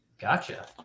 Gotcha